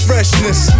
Freshness